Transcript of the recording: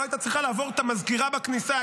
שלא הייתה צריכה לעבור את המזכירה בכניסה,